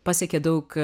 pasiekė daug